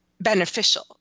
beneficial